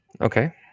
Okay